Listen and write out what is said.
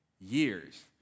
years